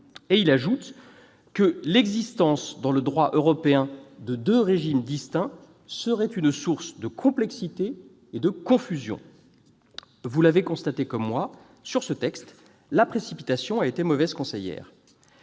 » et que « l'existence dans le droit européen de deux régimes distincts serait une source de complexité et de confusion. » Vous l'avez constaté comme moi, sur ce texte, la précipitation a été mauvaise conseillère.